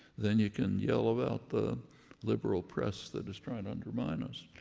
then you can yell about the liberal press that is trying to undermine us.